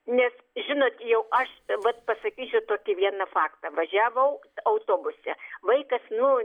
nes žinot jau aš vat pasakysiu tokį vieną faktą važiavau autobuse vaikas nu